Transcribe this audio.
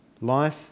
Life